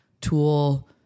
tool